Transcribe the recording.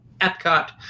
Epcot